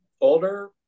older